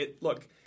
Look